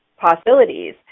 possibilities